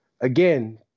again